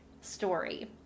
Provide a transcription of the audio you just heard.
story